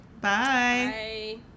Bye